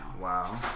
Wow